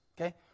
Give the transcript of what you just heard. Okay